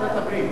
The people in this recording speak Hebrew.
ועדת הפנים.